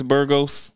Burgos